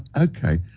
okay.